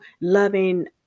loving